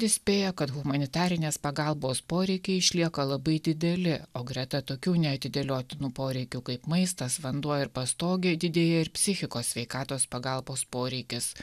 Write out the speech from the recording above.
įspėja kad humanitarinės pagalbos poreikiai išlieka labai dideli o greta tokių neatidėliotinų poreikių kaip maistas vanduo ir pastogė didėja ir psichikos sveikatos pagalbos poreikis